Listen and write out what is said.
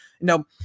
No